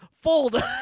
Fold